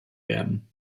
werden